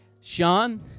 Sean